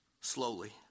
slowly